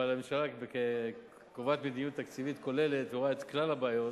אבל הממשלה קובעת מדיניות תקציבית כוללת ורואה את כלל הבעיות.